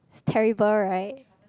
terrible right